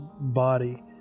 body